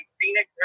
Phoenix